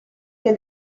che